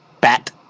Bat